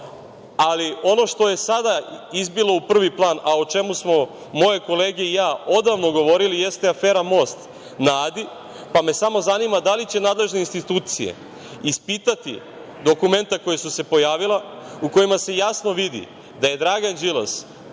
evra? Ono što je sada izbilo u prvi plan, a o čemu smo moje kolege i ja odavno govorili, jeste afera most na Adi, pa me samo zanima – da li će nadležne institucije ispitati dokumenta koja su se pojavila u kojima se jasno vidi da je Dragan Đilas